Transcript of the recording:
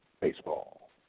Baseball